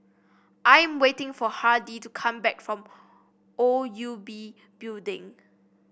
I am waiting for Hardie to come back from O U B Building